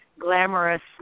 glamorous